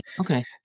okay